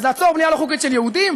אז לעצור בנייה לא חוקית של יהודים,